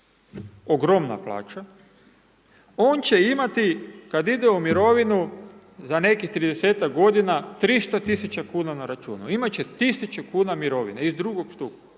ogromna plaća, on će imati kad ide u mirovinu, za nekih 30-tak godina 300 000 kuna na računu. Imat će tisuću kuna mirovine iz drugog stupa.